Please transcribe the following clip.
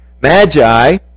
Magi